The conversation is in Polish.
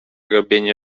robienie